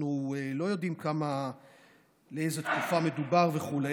אנחנו לא יודעים על איזו תקופה מדובר וכו',